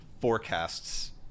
forecasts